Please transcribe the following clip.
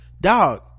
dog